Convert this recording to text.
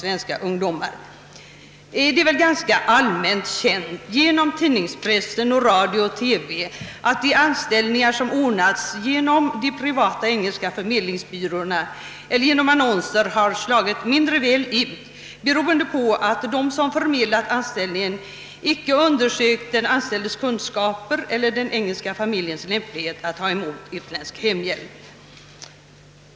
Detta är väl ganska allmänt känt genom tidningspress, radio och TV att många av de anställningar som ordnats genom de privata engelska förmedlingsbyråerna eller genom annonser har slagit mindre väl ut, beroende på att de som förmedlat anställningen inte har undersökt den anställdes kunskaper eller den engelska familjens lämplighet att ta emot utländsk hemhjälp.